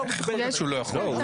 איך יכול להיות שהוא לא יכול?